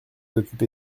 occuper